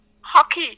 hockey